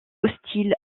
hostile